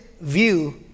view